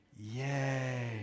yay